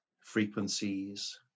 frequencies